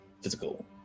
physical